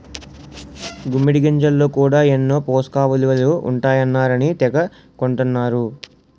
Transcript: గుమ్మిడి గింజల్లో కూడా ఎన్నో పోసకయిలువలు ఉంటాయన్నారని తెగ కొంటన్నరు